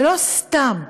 ולא סתם,